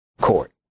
court